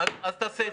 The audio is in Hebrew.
מסכימים.